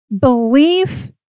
Belief